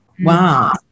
Wow